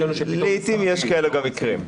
לעתים יש כאלה גם מקרים.